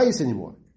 anymore